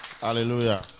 Hallelujah